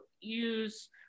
use